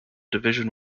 division